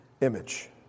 image